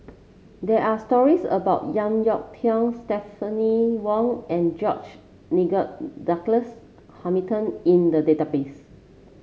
there are stories about JeK Yeun Thong Stephanie Wong and George Nigel Douglas Hamilton in the database